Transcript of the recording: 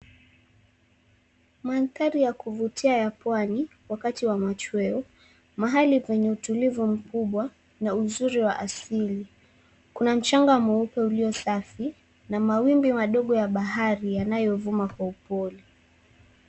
Mandhari ya kuvutia ya pwani wakati wa machweo. Mahali penye utulivu mkubwa na uzuri wa asili. Kuna mchanga mweupe uliosafi na mawimbi madogo ya bahari yanayovuma kwa upole.